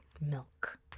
milk